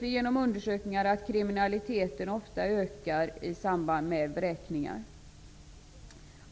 Genom undersökningar vet vi också att kriminaliteten ofta ökar i samband med vräkningar.